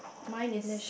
mine is